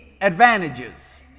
advantages